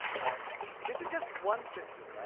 this is just one sister,